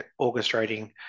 orchestrating